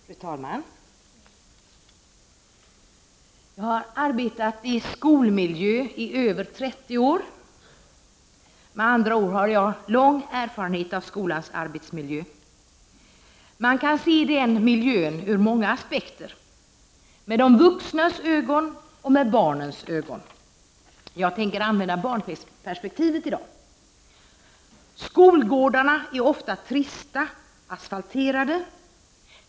Fru talman! Jag har arbetat i skolmiljö i över trettio år. Jag har med andra ord lång erfarenhet av skolans arbetsmiljö. Man kan se skolmiljön ur flera aspekter, med de vuxnas ögon och med barnens ögon. Jag tänker använda barnperspektivet i dag. Skolgårdarna är ofta asfalterade och trista.